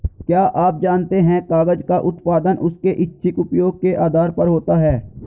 क्या आप जानते है कागज़ का उत्पादन उसके इच्छित उपयोग के आधार पर होता है?